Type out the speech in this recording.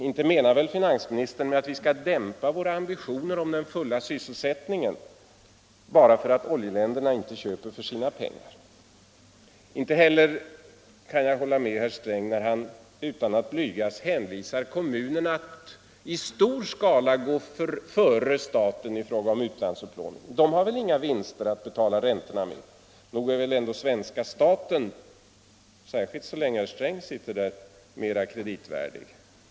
Inte menar väl finansministern att vi skall dämpa våra ambitioner om full sysselsättning bara för att oljeländerna inte köper för sina pengar? Inte heller kan jag hålla med herr Sträng när han utan att blygas hänvisar kommunerna att i stor skala gå före staten i fråga om utlandsupplåning. De har väl inga vinster att betala räntorna med. Nog är väl svenska staten — särskilt så länge herr Sträng sitter i regeringen - mera kreditvärdig?